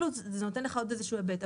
זה נותן לך עוד איזשהו היבט.